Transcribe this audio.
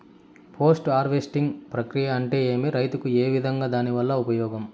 Post harvesting ప్రక్రియ అంటే ఏమి? రైతుకు ఏ విధంగా దాని వల్ల ఉపయోగం?